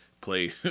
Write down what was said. play